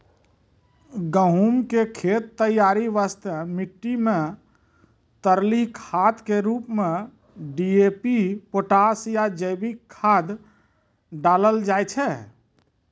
गहूम के खेत तैयारी वास्ते मिट्टी मे तरली खाद के रूप मे डी.ए.पी पोटास या जैविक खाद डालल जाय छै